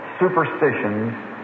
superstitions